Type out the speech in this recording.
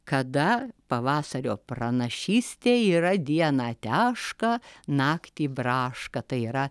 kada pavasario pranašystė yra dieną teška naktį braška tai yra